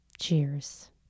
Cheers